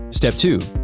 step two.